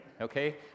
okay